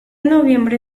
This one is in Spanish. noviembre